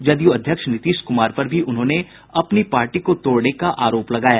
जदयू अध्यक्ष नीतीश कुमार पर भी उन्होंने अपनी पार्टी को तोड़ने का आरोप लगाया